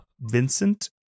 Vincent